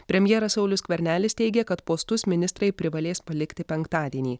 premjeras saulius skvernelis teigia kad postus ministrai privalės palikti penktadienį